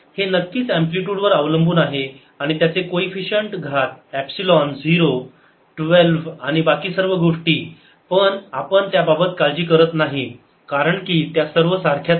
हे नक्कीच अँप्लिटयूड वर अवलंबून आहे आणि त्यांचे कोइफिशिएंट घात एपसिलोन 0 12 आणि बाकी सर्व गोष्टी पण आपण त्याबाबत काळजी करत नाही कारण की त्या सर्व सारख्याच आहेत